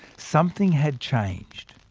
something had changed.